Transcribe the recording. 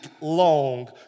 long